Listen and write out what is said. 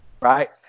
Right